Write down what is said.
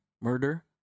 murder